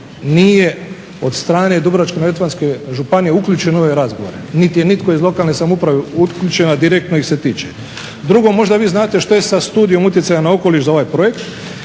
nije od strane Dubrovačko-neretvanske županije uključen u ove razgovore, niti je nitko iz lokalne samouprave uključen, a direktno ih se tiče. Drugo, možda vi znate što je sa Studijom utjecaja na okoliš za ovaj projekt.